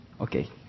Okay